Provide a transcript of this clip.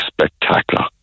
spectacular